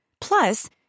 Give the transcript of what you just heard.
Plus